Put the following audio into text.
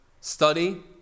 study